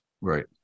right